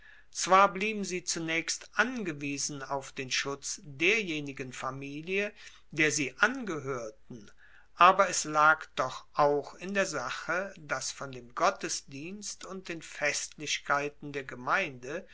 zwar blieben sie zunaechst angewiesen auf den schutz derjenigen familie der sie angehoerten aber es lag doch auch in der sache dass von dem gottesdienst und den festlichkeiten der gemeinde